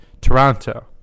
Toronto